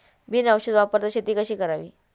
बिना औषध वापरता शेती कशी करावी?